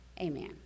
Amen